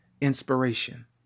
inspiration